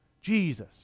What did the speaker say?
Jesus